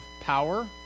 power